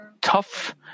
tough